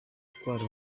itwara